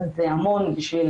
אבל זה המון בשביל